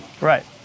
Right